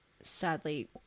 sadly